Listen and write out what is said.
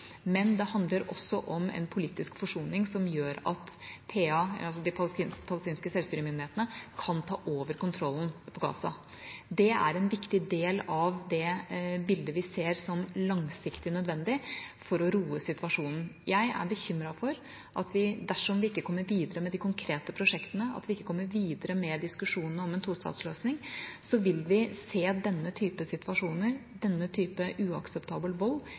men det handler også om en politisk forsoning som gjør at PA, de palestinske selvstyremyndighetene, kan ta over kontrollen på Gaza. Det er en viktig del av det bildet vi ser som langsiktig nødvendig for å roe situasjonen. Jeg er bekymret for at vi, dersom vi ikke kommer videre med de konkrete prosjektene eller diskusjonene om en tostatsløsning, vil se denne typen situasjoner og denne typen uakseptabel vold